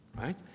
Right